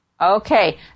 Okay